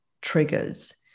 triggers